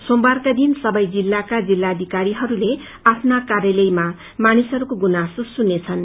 सोमबारका दिन सबै जिल्लाका जिल्लाधिकारीहरूले आफ्ना कार्यालयमा मानिसहरूको गुनासो सुन्नेछन्